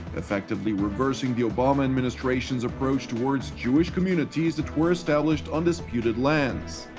effectively reversing the obama administration's approach towards jewish communities that were established on disputed lands.